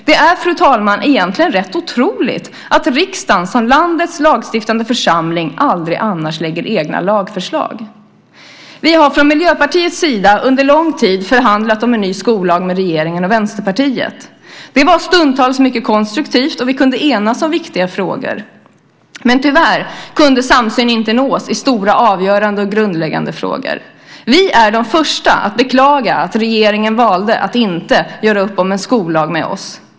Det är, fru talman, egentligen rätt otroligt att riksdagen som landets lagstiftande församling aldrig annars lägger fram egna lagförslag. Vi har från Miljöpartiets sida under lång tid förhandlat om en ny skollag med regeringen och Vänsterpartiet. Det var stundtals mycket konstruktivt, och vi kunde enas om viktiga frågor. Men tyvärr kunde samsyn inte nås i stora, avgörande och grundläggande frågor. Vi är de första att beklaga att regeringen valde att inte göra upp om en skollag med oss.